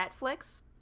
netflix